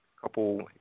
couple